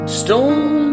stone